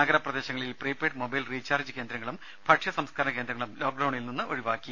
നഗര പ്രദേശങ്ങളിൽ prepaid mobile recharge കേന്ദ്രങ്ങളും ഭക്ഷ്യ സംസ്കരണ കേന്ദ്രങ്ങളും ലോക്ക്ഡൌണിൽ നിന്ന് ഒഴിവാക്കി